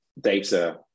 data